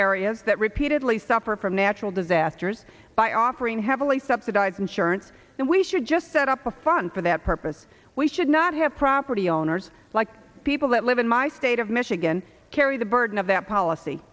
areas that repeatedly suffer from natural disasters by offering heavily subsidized insurance and we should just set up a fund for that purpose we should not have property owners like people that live in my state of michigan carry the burden of that policy